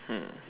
hmm